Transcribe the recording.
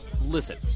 listen